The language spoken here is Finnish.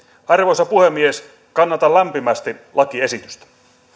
arvoisa puhemies kannatan lämpimästi lakiesitystä